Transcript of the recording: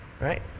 right